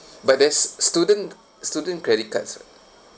but there's student student credit cards ah